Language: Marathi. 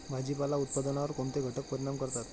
भाजीपाला उत्पादनावर कोणते घटक परिणाम करतात?